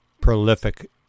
prolific